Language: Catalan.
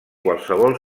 qualsevol